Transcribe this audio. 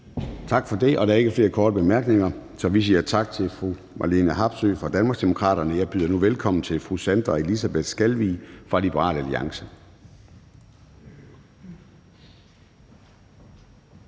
Tak for det. Og der er ikke flere korte bemærkninger, så vi siger tak til fru Marlene Harpsøe fra Danmarksdemokraterne. Jeg byder nu velkommen til fru Sandra Elisabeth Skalvig fra Liberal Alliance.